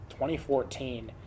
2014